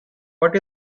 what